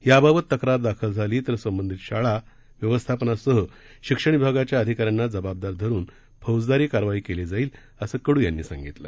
याबाबत तक्रार दाखल झाली तर संबंधित शाळा व्यक्स्थापनासह शिक्षण विभागाच्या अधिकाऱ्यांना जबाबदार धरून फौजदारी कारवाई करण्यात येईल असं कडू यांनी सांगितलं